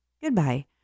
goodbye